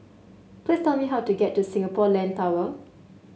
please tell me how to get to Singapore Land Tower